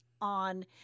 on